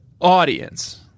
audience